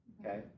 okay